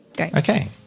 Okay